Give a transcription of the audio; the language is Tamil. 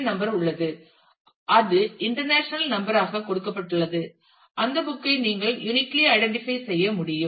என் நம்பர் உள்ளது அது இன்டர்நேஷனல் நம்பர் ஆக கொடுக்கப்பட்டுள்ளது அந்த புக் ஐ நீங்கள் யூனிக்லி ஐடன்றிபை செய்ய முடியும்